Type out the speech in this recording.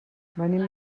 venim